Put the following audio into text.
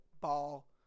ball